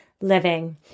living